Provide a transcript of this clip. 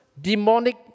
demonic